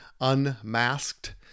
Unmasked